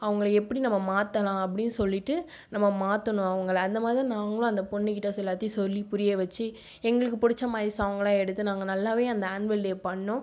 அவங்களை எப்படி நம்ம மாற்றலாம் அப்டின்னு சொல்லிட்டு நம்ம மாற்றணும் அவங்களை அந்த மாதிரிதான் நாங்களும் அந்த பொண்ணுகிட்ட சொ எல்லாத்தையும் சொல்லி புரிய வச்சு எங்களுக்கு பிடித்த மாதிரி சாங்கெலாம் எடுத்து நாங்கள் நல்லாவே அந்த ஆன்வல் டே பண்ணிணோம்